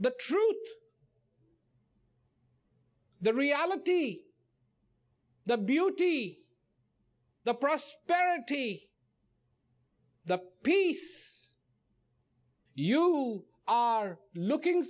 truth the reality the beauty the prosperity the peace you are looking